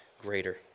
greater